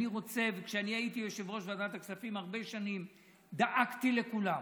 כשאני הייתי יושב-ראש ועדת הכספים הרבה שנים דאגתי לכולם,